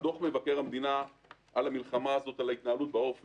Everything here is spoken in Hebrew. דוח מבקר המדינה על ההתנהלות בעורף במלחמה הזאת,